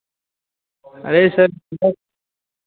अरे सर